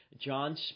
John